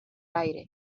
aire